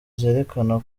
zerekana